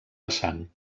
vessant